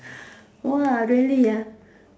!wah! really ah